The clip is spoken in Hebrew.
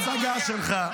תעשה את ההצגה שלך.